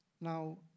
Now